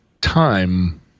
time